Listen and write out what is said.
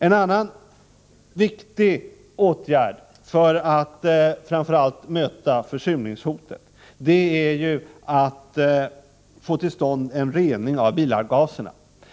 En annan viktig åtgärd för att framför allt möta försurningshotet är att få till stånd en rening av bilavgaserna.